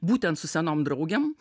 būtent su senom draugėm